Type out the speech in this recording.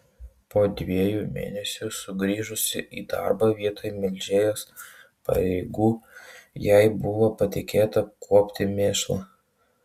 po dviejų mėnesių sugrįžusi į darbą vietoj melžėjos pareigų jai buvo patikėta kuopti mėšlą